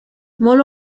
molt